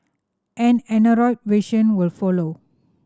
an Android version will follow